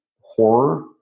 horror